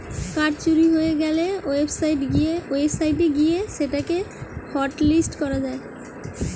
card চুরি হয়ে গ্যালে ওয়েবসাইট গিয়ে সেটা কে হটলিস্ট করা যায়